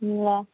ल